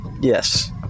Yes